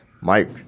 Mike